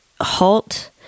halt